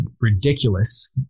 ridiculous